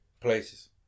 places